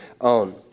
own